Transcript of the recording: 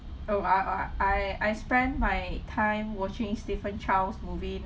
oh I I I I spend my time watching stephen chow's movie